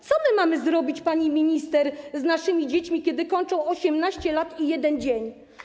Co my mamy zrobić, pani minister, z naszymi dziećmi, kiedy kończą 18 lat i 1 dzień?